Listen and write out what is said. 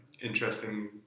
interesting